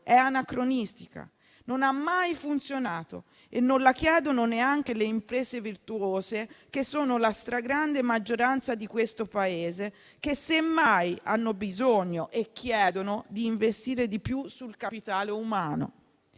è anacronistica, non ha mai funzionato e non la chiedono neanche le imprese virtuose, che sono la stragrande maggioranza in questo Paese, che semmai hanno bisogno e chiedono di investire di più sul capitale umano.